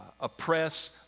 oppress